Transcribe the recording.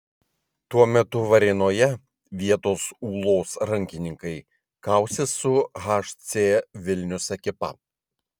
tuo metu varėnoje vietos ūlos rankininkai kausis su hc vilnius ekipa